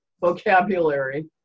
vocabulary